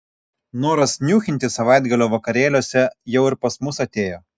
noras niūchinti savaitgalio vakarėliuose jau ir pas mus atėjo